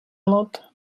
lot